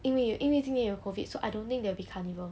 因为有因为今年有 COVID so I don't think there will be carnival